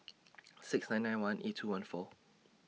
six nine nine one eight two one four